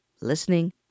listening